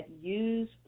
use